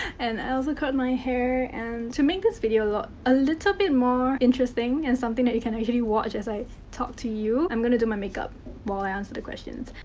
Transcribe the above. and, i also curled my hair. and. to make this video a li a little bit more interesting and something that you can actually watch as i talk to you. i'm gonna do my makeup while i answer the questions.